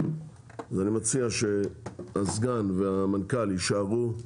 אז אני מציע שהסגן והמנכ"ל יישארו,